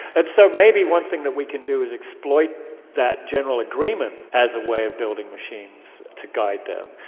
and so maybe one thing that we can do is exploit that general agreement as a way of building machines to guide them,